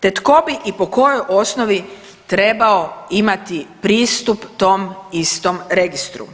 te tko bi i po kojoj osnovi trebao imati pristup tom istom registru.